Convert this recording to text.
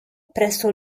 presso